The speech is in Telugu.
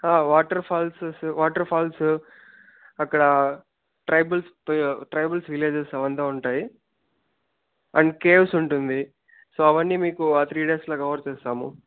హా వాటర్ఫాల్స్ వాటర్ఫాల్స్ అక్కడ ట్రైబల్స్ ట్రైబల్స్ విలెజెస్ అవంతా ఉంటాయి అండ్ కేవ్స్ ఉంటుంది సో అవన్నీ మీకు ఆ త్రీ డేస్లో కవర్ చేస్తాము